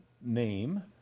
name